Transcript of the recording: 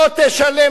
לא תקבל.